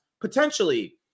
Potentially